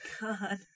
god